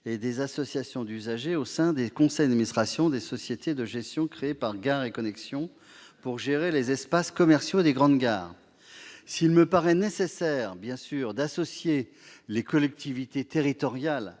et des associations d'usagers au sein des conseils d'administration des sociétés créées par Gares & Connexions pour gérer les espaces commerciaux des grandes gares. S'il me paraît nécessaire, bien sûr, d'associer les collectivités territoriales